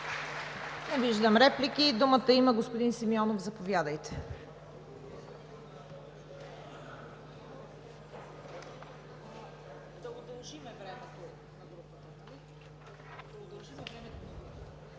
Не виждам. Думата има господин Симеонов. Заповядайте.